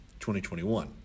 2021